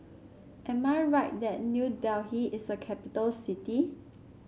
am I right that New Delhi is a capital city